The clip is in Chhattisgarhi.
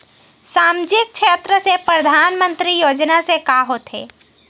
सामजिक क्षेत्र से परधानमंतरी योजना से का होथे?